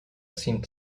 seemed